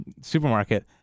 supermarket